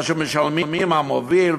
מה שמשלמים המוביל,